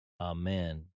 Amen